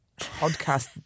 podcast